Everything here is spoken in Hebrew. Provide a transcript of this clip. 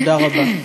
תודה רבה.